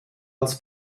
als